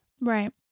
Right